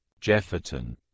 Jefferton